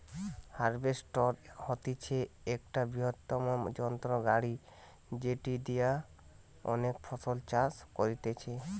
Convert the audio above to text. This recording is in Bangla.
হার্ভেস্টর হতিছে একটা বৃহত্তম যন্ত্র গাড়ি যেটি দিয়া অনেক ফসল চাষ করতিছে